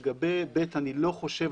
לגבי (ב) אני לא חושב,